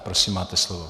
Prosím, máte slovo.